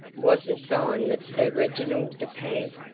was a sign that sir reginald de pamp,